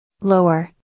Lower